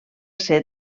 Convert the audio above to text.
ser